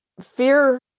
fear